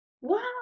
Wow